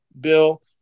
bill